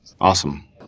Awesome